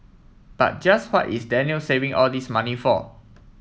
but just what is Daniel saving all this money for